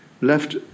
left